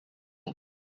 them